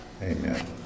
Amen